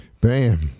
bam